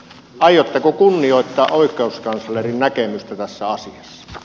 aiotteko kunnioittaa oikeuskanslerin näkemystä tässä asiassa